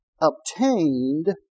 obtained